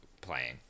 playing